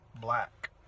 black